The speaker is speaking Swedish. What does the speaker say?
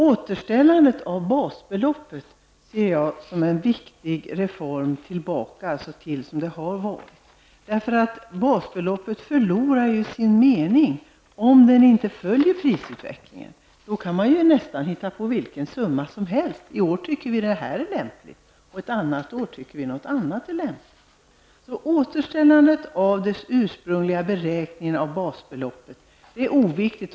Återställandet av basbeloppet ser jag som en viktig reform tillbaka till hur det var tidigare. Basbeloppet förlorar ju sitt värde om det inte följer prisutvecklingen. Då kan man ju hitta på nästan vilken summa som helst; i år tycker vi att en summa är lämplig, ett annat år tycker vi att någon annan är lämplig. Återställandet av den ursprungliga beräkningen av basbeloppet tycker vi är viktigt.